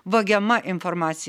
vagiama informaci